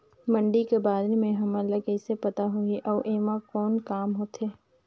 मंडी कर बारे म हमन ला कइसे पता होही अउ एमा कौन काम होथे?